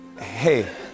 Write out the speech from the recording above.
Hey